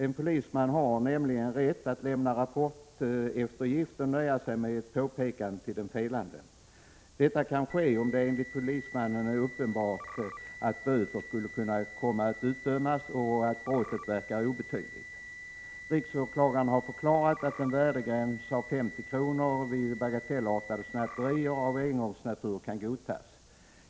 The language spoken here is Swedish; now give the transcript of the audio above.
En polisman har nämligen rätt att lämna rapporteftergift och nöja sig med ett påpekande till den felande. Detta kan ske om det enligt polismannen är uppenbart att böter skulle kunna komma att utdömas och att brottet verkar vara obetydligt. Riksåklagaren har förklarat att en värdegräns vid 50 kr. vid bagatellartade snatterier av engångsnatur kan godtas.